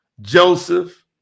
Joseph